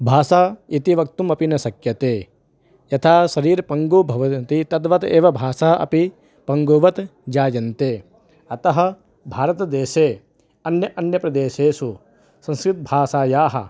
भाषा इति वक्तुमपि न शक्यते यथा शरीरे पङ्गुः भवति तद्वत् एव भाषा अपि पङ्गूवत् जायन्ते अतः भारतदेशे अन्येषु अन्यप्रदेशेषु संस्कृतभाषायाः